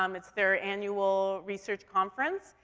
um it's their annual research conference.